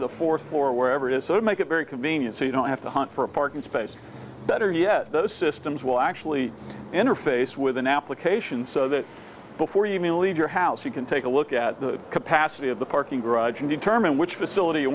of the fourth or wherever it is so make it very convenient so you don't have to hunt for a parking space better yet those systems will actually interface with an application so that before you leave your house you can take a look at the capacity of the parking garage and determine which facility you